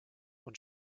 und